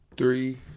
Three